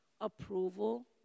approval